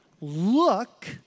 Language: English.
look